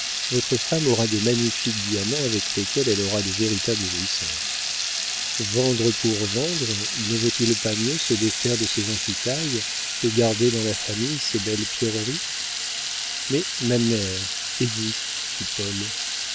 votre femme aura de magnifiques diamants avec lesquels elle aura de véritables jouissances vendre pour vendre ne vaut-il pas mieux se défaire de ces antiquailles et garder dans la famille ces belles pierreries mais ma mère et vous dit paul